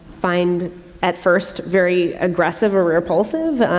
find at first very aggressive or repulsive,